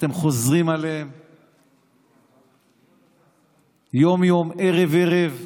שאתם חוזרים עליהם יום-יום, ערב-ערב.